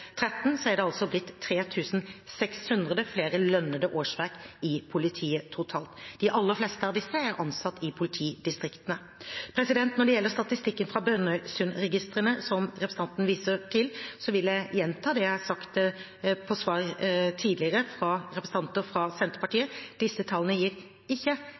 er det altså blitt 3 600 flere lønnede årsverk i politiet totalt. De aller fleste av disse er ansatt i politidistriktene. Når det gjelder statistikken fra Brønnøysundregistrene, som representanten Sem-Jacobsen viser til, vil jeg gjenta det jeg tidligere har sagt i svar til representanter fra Senterpartiet: Disse tallene gir ikke